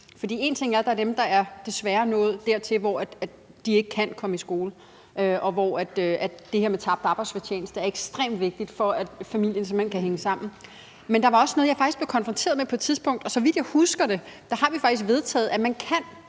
For en ting er, at der er dem, der desværre er nået dertil, hvor de ikke kan komme i skole, og hvor det her med tabt arbejdsfortjeneste er ekstremt vigtigt, for at familien simpelt hen kan hænge sammen, men der er faktisk også noget, jeg blev konfronteret med på et tidspunkt, og det handler om, at vi, så vidt jeg husker det, faktisk har vedtaget, at man ved